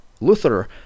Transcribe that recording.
Luther